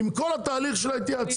עם כל התהליך של ההתייעצות.